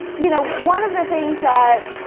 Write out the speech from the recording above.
you know one of the things that,